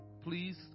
please